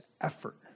effort